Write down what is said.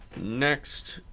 next,